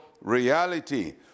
reality